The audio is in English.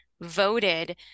voted